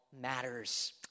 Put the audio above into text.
matters